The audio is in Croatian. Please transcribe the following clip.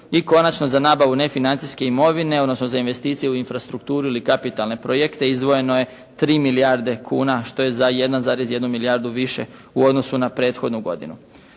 I konačno za nabavu nefinancijske imovine odnosno za investicije u infrastrukturu ili kapitalne projekte izdvojeno je 3 milijarde kuna što je za 1,1 milijardu više u odnosu na prethodnu godinu.